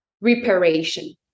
reparation